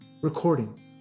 recording